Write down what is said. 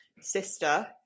sister